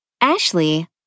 Ashley